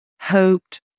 hoped